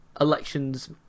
elections